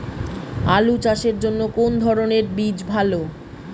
আলু চাষের জন্য কোন ধরণের বীজ ভালো?